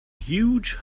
huge